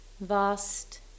vast